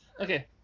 Okay